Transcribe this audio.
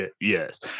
yes